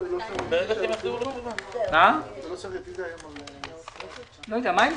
בשעה 13:15.